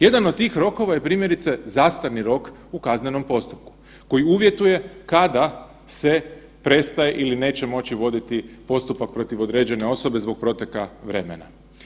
Jedan od tih rokova je primjerice, zastarni rok u kaznenom postupku koji uvjetuje kada se prestaje ili neće moći voditi postupak protiv određene osobe zbog proteka vremena.